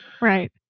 Right